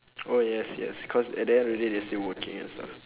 oh yes yes cause at the end of the day they're still working and stuff